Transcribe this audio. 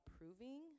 approving